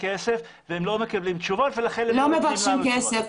הכסף והם לא מקבלים תשובות ולכן הם לא --- לא מבקשים כסף,